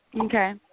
Okay